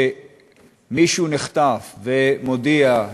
שמישהו נחטף ומודיע,